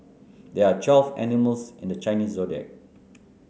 there are twelve animals in the Chinese Zodiac